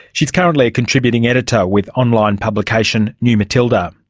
she is currently a contributing editor with online publication new matilda.